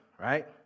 right